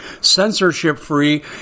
censorship-free